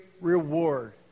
reward